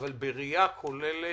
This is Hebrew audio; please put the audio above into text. אבל בראייה כוללת,